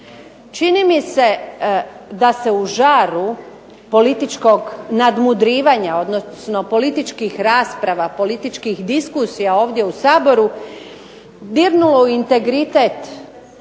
Čini mi se da se u žaru političkog nadmudrivanja, odnosno političkih rasprava, političkih diskusija ovdje u Saboru dirnulo u integritet